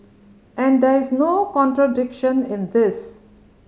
and there is no contradiction in this